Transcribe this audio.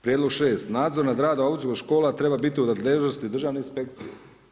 Prijedlog 6. nadzor nad radom autoškola treba biti u nadležnosti državne inspekcije.